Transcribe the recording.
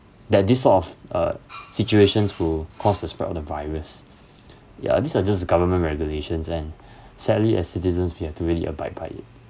that this sort of uh situations will cause the spread of the virus ya this are just government regulations and sadly as citizens we have to really abide by it